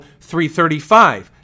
335